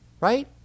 right